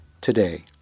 today